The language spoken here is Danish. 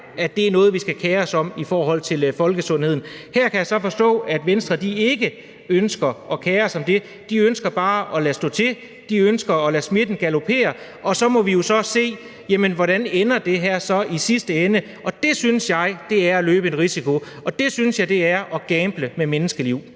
jeg er noget, vi skal kere os om i forhold til folkesundheden. Her kan jeg så forstå, at Venstre ikke ønsker at kere sig om det. De ønsker bare at lade stå til, de ønsker at lade smitten galopere, og så må vi jo så se, hvordan det her ender i sidste ende. Det synes jeg er at løbe en risiko, og jeg synes, det er at gamble med menneskeliv.